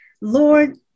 Lord